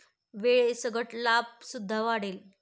वेळेसकट लाभ सुद्धा वाढेल